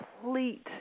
complete